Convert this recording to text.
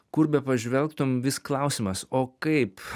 kur bepažvelgtum vis klausimas o kaip